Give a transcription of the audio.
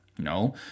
No